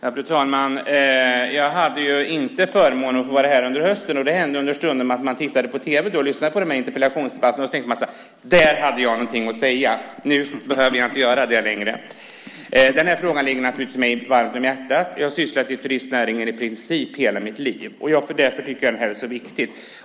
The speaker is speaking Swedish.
Herr talman! Jag hade inte förmånen att få vara här under hösten. Och det hände understundom att jag då tittade på dessa interpellationsdebatter på tv och ibland tänkte att jag hade någonting att säga i någon debatt. Nu behöver jag inte göra det längre. Den här frågan ligger naturligtvis mig varmt om hjärtat. Jag har varit sysselsatt inom turistnäringen under i princip hela mitt liv, och därför tycker jag att detta är så viktigt.